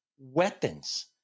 weapons